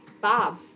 Bob